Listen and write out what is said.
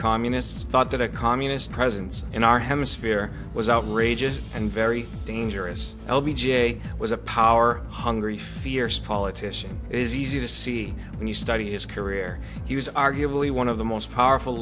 communists thought that a communist presence in our hemisphere was outrageous and very dangerous l b j was a power hungry fierce politician is easy to see when you study his career he was arguably one of the most powerful